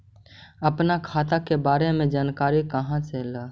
अपन खाता के बारे मे जानकारी कहा से ल?